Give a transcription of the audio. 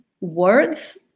words